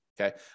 okay